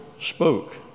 spoke